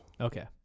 Okay